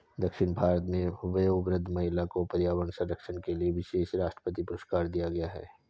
दक्षिण भारत में वयोवृद्ध महिला को पर्यावरण संरक्षण के लिए विशेष राष्ट्रपति पुरस्कार दिया गया है